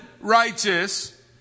righteous